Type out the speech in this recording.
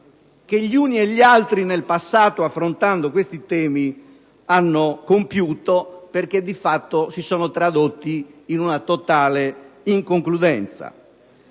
che gli uni e gli altri, affrontando questi temi, hanno compiuto, perché di fatto si sono tradotti in una totale inconcludenza.